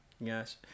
Yes